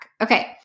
Okay